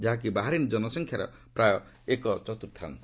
ଯାହାକି ବାହାରିନ୍ ଜନସଂଖ୍ୟାର ପ୍ରାୟ ଏକ ଚତୁର୍ଥାଂଶ